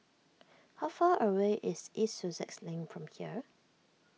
how far away is East Sussex Lane from here